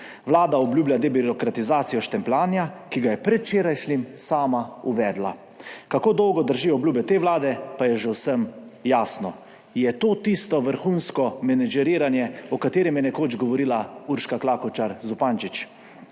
Vlada obljublja debirokratizacijo štempljanja, ki ga je predvčerajšnjim sama uvedla. Kako dolgo držijo obljube te vlade, pa je že vsem jasno. Je to tisto vrhunsko menedžeriranje, o katerem je nekoč govorila Urška Klakočar Zupančič?